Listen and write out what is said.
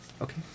Okay